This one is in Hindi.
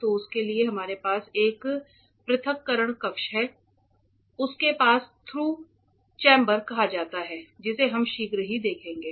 तो उसके लिए हमारे पास एक पृथक्करण कक्ष है उसके पास थ्रू चैंबर कहा जाता है जिसे हम शीघ्र ही देखेंगे